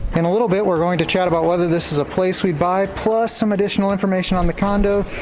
in a little bit we're going to chat about whether this is a place we'd buy plus some additional information on the condo,